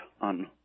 on